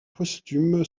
posthume